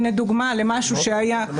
הנה דוגמה למשהו שהיה.